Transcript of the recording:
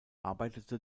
arbeitete